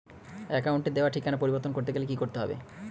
অ্যাকাউন্টে দেওয়া ঠিকানা পরিবর্তন করতে গেলে কি করতে হবে?